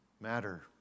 matter